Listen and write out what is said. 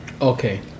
Okay